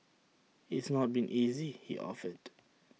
it's not been easy he offered